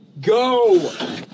Go